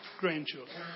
grandchildren